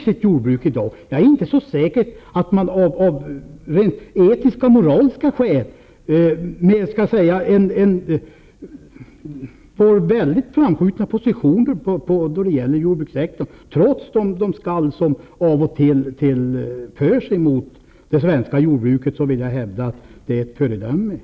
Det gäller även med tanke på etiska och moraliska aspekter. Vi har väldigt fram skjutna positioner inom jordbrukssektorn trots de skall som hörs av och till när det gäller det svenska jordbruket. Jag vill hävda att jordbruket är före dömligt.